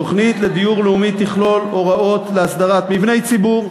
תוכנית לאומית לדיור תכלול הוראות להסדרת מבני ציבור,